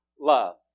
love